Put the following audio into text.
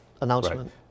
announcement